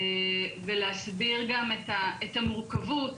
ולהסביר את המורכבות.